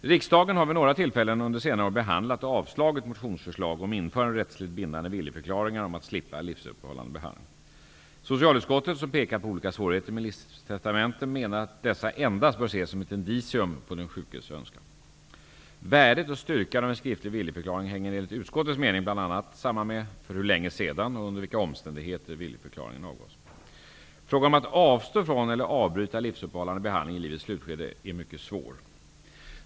Riksdagen har vid några tillfällen under senare år behandlat och avslagit motionsförslag om införande av rättsligt bindande viljeförklaringar om att slippa livsuppehållande behandling. Socialutskottet, som pekat på olika svårigheter med livstestamenten, menar att dessa endast bör ses som ett indicium på den sjukes önskan. Värdet och styrkan av en skriftlig viljeförklaring hänger enligt utskottets mening bl.a. samman med för hur länge sedan och under vilka omständigheter viljeförklaringen avgavs. Frågan om att avstå från eller avbryta livsuppehållande behandling i livets slutskede är mycket svår.